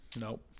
Nope